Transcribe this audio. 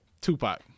Tupac